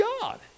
God